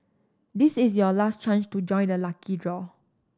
this is your last chance to join the lucky draw